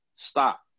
Stop